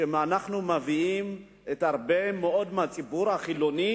אנחנו מביאים לכך שרבים מאוד מהציבור החילוני